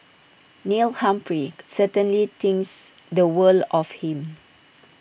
Neil Humphrey certainly thinks the world of him